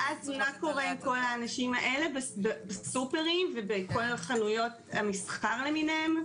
ואז מה קורה עם כל האנשים האלה בסופרים ובכל חנויות המסחר למיניהן?